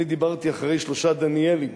אני דיברתי אחרי שלושה דניאלים: